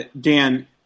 Dan